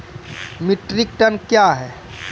Metric ton कया हैं?